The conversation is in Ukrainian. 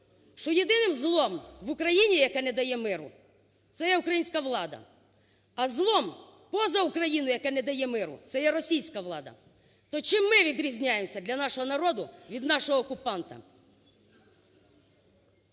що єдиним злом в Україні, яке не дає миру, – це є українська влада. А злом поза Україною, яке не дає миру, – це є російська влада. То чим ми відрізняємося для нашого народу від нашого окупанта?